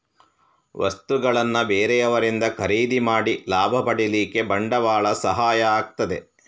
ವಸ್ತುಗಳನ್ನ ಬೇರೆಯವರಿಂದ ಖರೀದಿ ಮಾಡಿ ಲಾಭ ಪಡೀಲಿಕ್ಕೆ ಬಂಡವಾಳ ಸಹಾಯ ಆಗ್ತದೆ